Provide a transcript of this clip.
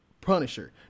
Punisher